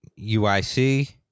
UIC